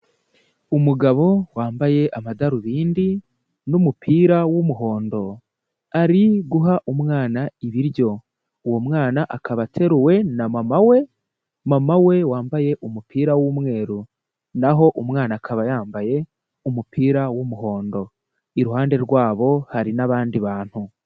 Umugabo wambaye amadarubindi n'umupira w'umuhondo, ari guha umwana ibiryo, uwo mwana akaba ateruwe na mama we, mama we wambaye umupira w'umweru, naho umwana akaba yambaye umupira w'umuhondo, iruhande rwabo hari n'abandi bantu.